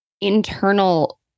internal